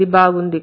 ఇది బాగుంది